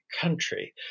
country